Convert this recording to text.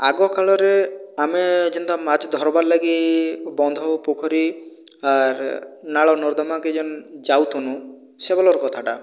ଆଗକାଳରେ ଆମେ ଯେନ୍ତା ମାଛ ଧର୍ବାର୍ ଲାଗି ବନ୍ଧ ଓ ପୋଖରୀ ଆର୍ ନାଳ ନର୍ଦ୍ଦମାକେ ଯେନ୍ ଯାଉଥୁନୁ ସେ ବେଲର୍ କଥାଟା